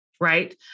right